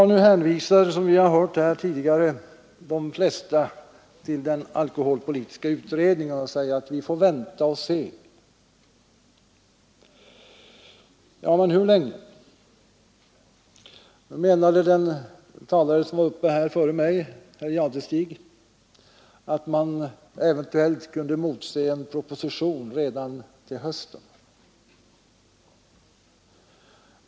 Nu hänvisar, som vi har hört här tidigare, de flesta till den alkoholpolitiska utredningen och säger att vi får vänta och se. Ja, men hur länge? Den talare som var uppe här före mig, herr Jadestig, påpekade att man eventuellt kunde emotse en proposition redan till hösten.